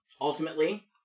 Ultimately